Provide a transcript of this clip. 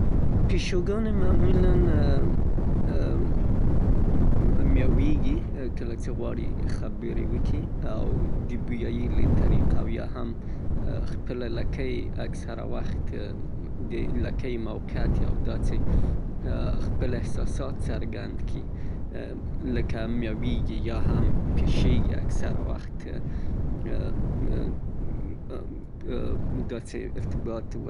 پيشوګانې معمولاً ميوېږي، کله چې غواړي خبرې وکړي او د بويايي له طريقه او يا هم خپله لکۍ اکثره وخت او د لکۍ موقعيت او يا دا چې خپل احساسات څرګند کي، لکه ميوېږي او يا هم پشېږي، دا چې خپل ارتباط و.